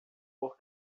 por